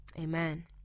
Amen